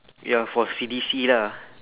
ya for C_D_C lah